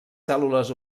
cèl·lules